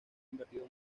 invertido